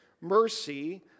mercy